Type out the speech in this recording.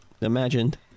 imagined